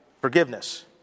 forgiveness